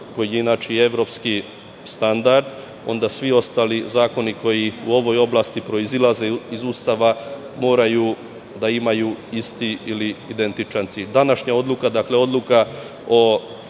koje je evropski standard, onda svi ostali zakoni koji u ovoj oblasti proizilaze iz Ustava moraju da imaju isti ili identičan cilj. Današnja odluka, dakle, odluka o